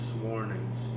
warnings